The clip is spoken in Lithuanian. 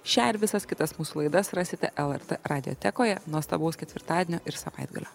šią ir visas kitas mūsų laidas rasite lrt radiotekoje nuostabaus ketvirtadienio ir savaitgalio